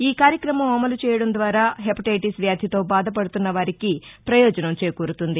ఈ కార్యక్రమం అమలు చేయడం ద్వారా హెప్రటైటీస్ వ్యాధితో బాధపడుతున్నవారికి ప్రయోజనం చేకూరుతుంది